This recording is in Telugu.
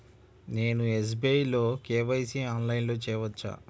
నేను ఎస్.బీ.ఐ లో కే.వై.సి ఆన్లైన్లో చేయవచ్చా?